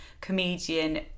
comedian